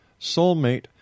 soulmate